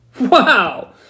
Wow